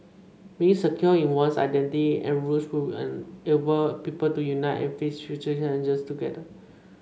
being secure in one's identity and roots will enable people to unite and face future challenges together